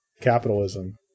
Capitalism